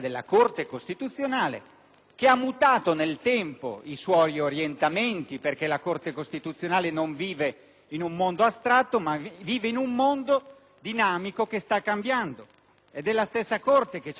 che ha mutato nel tempo i suoi orientamenti, perché la Corte costituzionale non vive in un mondo astratto ma in un mondo dinamico che sta cambiando. È la stessa Corte che ci ha detto nel 2007